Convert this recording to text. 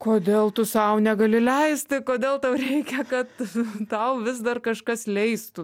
kodėl tu sau negali leisti kodėl tau reikia kad tau vis dar kažkas leistų